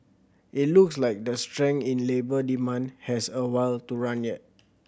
it looks like the strength in labour demand has a while to run yet